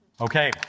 Okay